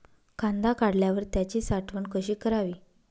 कांदा काढल्यावर त्याची साठवण कशी करावी?